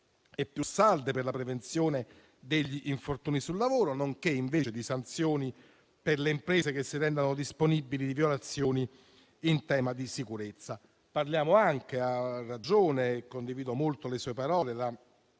e più salde per la prevenzione degli infortuni sul lavoro, nonché di sanzioni per le imprese che si rendano responsabili di violazioni in tema di sicurezza. Parliamo anche di un altro tema. Ha